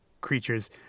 creatures